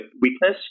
weakness